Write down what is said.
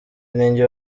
ninjye